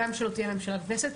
גם כשלא תהיה ממשלה וכנסת.